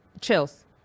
chills